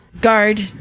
guard